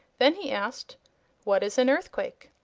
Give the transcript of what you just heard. then he asked what is an earthquake?